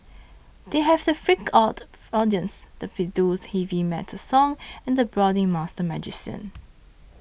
they have the freaked out audience the pseudo heavy metal song and the brooding master magician